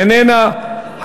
איננה.